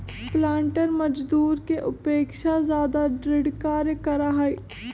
पालंटर मजदूर के अपेक्षा ज्यादा दृढ़ कार्य करा हई